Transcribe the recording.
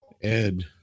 Ed